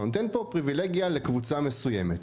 אתה נותן פה פריבילגיה לקבוצה מסוימת,